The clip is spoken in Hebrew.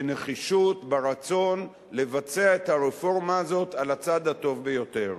ונחישות ברצון לבצע את הרפורמה הזאת על הצד הטוב ביותר.